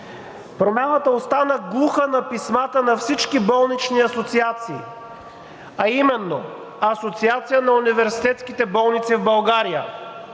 Промяната остана глуха на писмата на всички болнични асоциации, а именно Асоциацията на университетските болници в България.